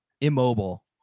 immobile